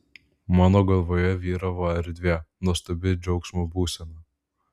mano galvoje vyravo erdvė nuostabi džiaugsmo būsena